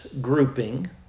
grouping